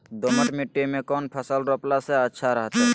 दोमट मिट्टी में कौन फसल रोपला से अच्छा रहतय?